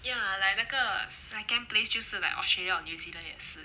ya like 那个 second place 就是 like australia or new zealand 也是